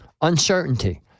Uncertainty